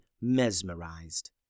mesmerized